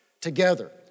together